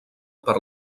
per